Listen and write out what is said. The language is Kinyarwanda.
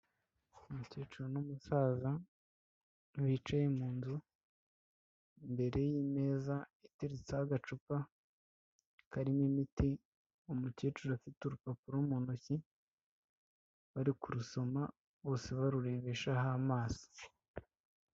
Umukecuru n'umusaza bicaye mu nzu imbere y'imeza iteretseho agacupa karimo imiti, umukecuru afite urupapuro mu ntoki bari kurusoma bose barurebeshaho amaso.